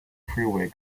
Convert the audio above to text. freeway